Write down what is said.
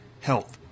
health